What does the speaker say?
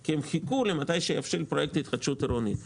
כי הם חיכו שפרויקט של התחדשות עירונית יבשיל.